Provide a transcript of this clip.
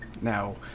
Now